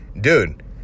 dude